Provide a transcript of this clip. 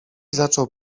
zaczął